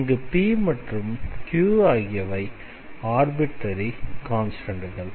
இங்கு p மற்றும் q ஆகியவை ஆர்பிட்ரரி கான்ஸ்டண்ட்கள்